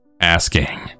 asking